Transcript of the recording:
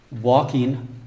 walking